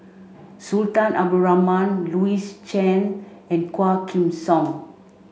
Sultan Abdul Rahman Louis Chen and Quah Kim Song